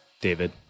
david